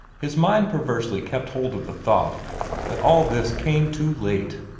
his mind perversely kept hold of the thought that all this came too late.